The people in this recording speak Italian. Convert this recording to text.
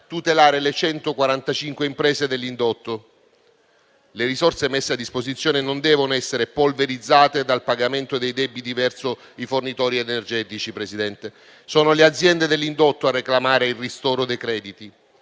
tutelare le 145 imprese dell'indotto. Le risorse messe a disposizione non devono essere polverizzate dal pagamento dei debiti verso i fornitori energetici, Presidente. Sono le aziende dell'indotto a reclamare il ristoro dei crediti.